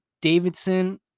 Davidson